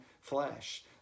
flesh